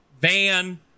Van